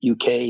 UK